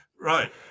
Right